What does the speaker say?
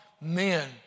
men